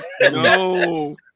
No